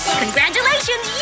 congratulations